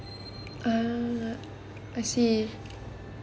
ah I see